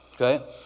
okay